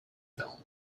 film